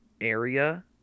Area